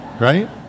right